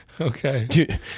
okay